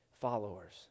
followers